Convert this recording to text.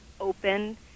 open